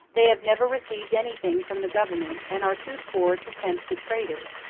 they have never received anything from the government and are too poor to tempt the trader,